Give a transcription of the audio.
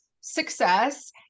success